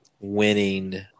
winning